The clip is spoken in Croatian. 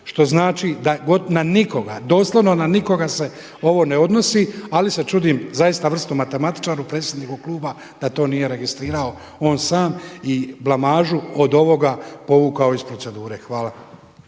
što znači da na nikoga, doslovno na nikoga se ovo ne odnosi ali se čudim zaista vrsnom matematičaru, predsjedniku kluba da to nije registrirao on sam i blamažu od ovoga povukao iz procedure. Hvala.